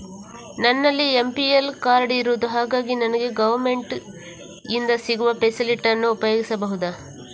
ನನ್ನಲ್ಲಿ APL card ಇರುದು ಹಾಗಾಗಿ ನನಗೆ ಗವರ್ನಮೆಂಟ್ ಇಂದ ಸಿಗುವ ಫೆಸಿಲಿಟಿ ಅನ್ನು ಉಪಯೋಗಿಸಬಹುದಾ?